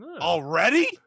already